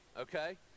Okay